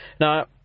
now